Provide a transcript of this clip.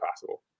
possible